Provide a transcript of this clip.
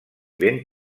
ben